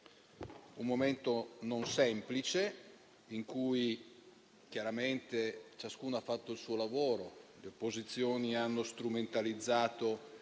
un momento non semplice, in cui chiaramente ciascuno ha fatto il suo lavoro; le opposizioni hanno strumentalizzato